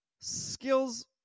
skills